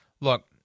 Look